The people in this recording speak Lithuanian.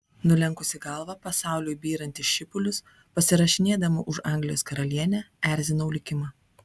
nulenkusi galvą pasauliui byrant į šipulius pasirašinėdama už anglijos karalienę erzinau likimą